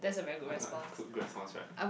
quite a lot good great response right